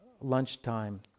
lunchtime